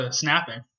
snapping